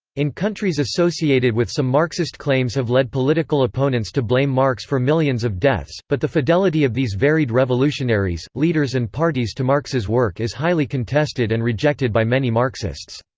in countries associated with some marxist claims have led political opponents to blame marx for millions of deaths, but the fidelity of these varied revolutionaries, leaders and parties to marx's work is highly contested and rejected by many marxists.